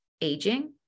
aging